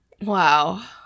Wow